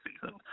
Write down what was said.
season